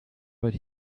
but